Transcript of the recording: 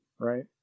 right